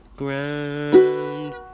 ground